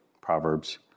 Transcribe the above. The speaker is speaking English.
Proverbs